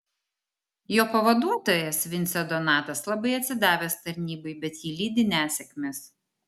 jo pavaduotojas vincė donatas labai atsidavęs tarnybai bet jį lydi nesėkmės